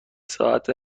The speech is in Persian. ساعت